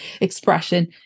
expression